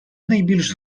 найбільш